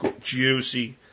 juicy